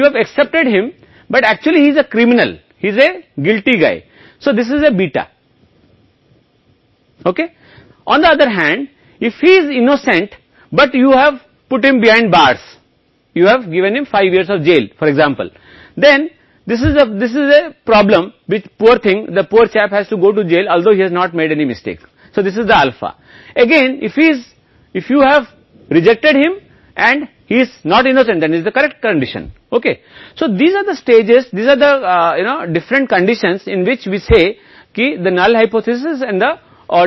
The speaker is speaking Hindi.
तो यह दूसरी ओर β है अगर वह निर्दोष है लेकिन आपने उसे सलाखों के पीछे डाल दिया है उदाहरण के लिए उसे 5 साल की जेल दी है तो यह गरीबों के लिए गरीबों के साथ एक समस्या है जेल जाओ तो उसने कोई गलती नहीं की है इसलिए यह α फिर से है यदि वह है यदि आपने उसे अस्वीकार कर दिया है और वह निर्दोष नहीं है तो यह सही स्थिति है ठीक है इसलिए ये चरण हैं यह विभिन्न स्थितियों को जानें जिन्हें हम अशक्त परिकल्पना कहते हैं